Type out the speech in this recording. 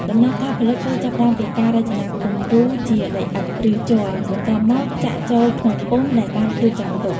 ដំណើរការផលិតគឺចាប់ផ្ដើមពីការរចនាគំរូជាដីឥដ្ឋ ឬជ័រ បន្ទាប់មកចាក់ចូលក្នុងពុម្ពដែលបានរៀបចំទុក។